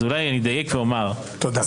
אז אולי אני אדייק ואומר --- תודה,